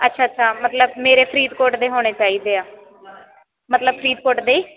ਅੱਛਾ ਅੱਛਾ ਮਤਲਬ ਮੇਰੇ ਫਰੀਦਕੋਟ ਦੇ ਹੋਣੇ ਚਾਹੀਦੇ ਆ ਮਤਲਬ ਫਰੀਦਕੋਟ ਦੇ